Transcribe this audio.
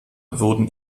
wurden